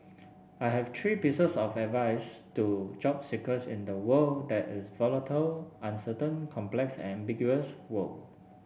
I have three pieces of advice to job seekers in the world that is volatile uncertain complex and ambiguous world